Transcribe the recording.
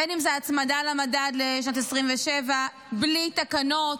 בין אם זו ההצמדה למדד לשנת 2027, בלי תקנות,